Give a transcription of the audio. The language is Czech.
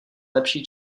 lepší